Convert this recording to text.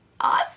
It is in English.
Awesome